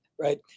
Right